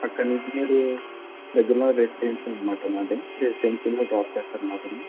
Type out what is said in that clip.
అక్కడ నుంచి మీరు దగ్గరలో రేసిడెన్సీ ఉన్నట్టు ఉంది అండి రేసిడెన్సీలో డ్రాప్ చేస్తారు మావాళ్ళు